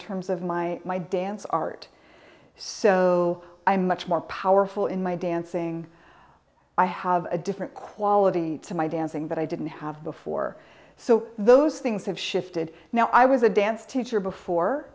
terms of my my dance art so i'm much more powerful in my dancing i have a different quality to my dancing that i didn't have before so those things have shifted now i was a dance teacher